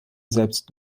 selbst